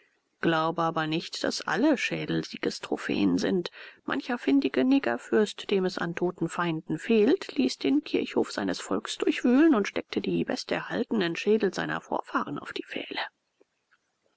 glaube aber nicht daß alle schädel siegestrophäen sind mancher findige negerfürst dem es an toten feinden fehlte ließ den kirchhof seines volks durchwühlen und steckte die besterhaltenen schädel seiner vorfahren auf die pfähle